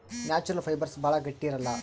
natural fibres ಭಾಳ ಗಟ್ಟಿ ಇರಲ್ಲ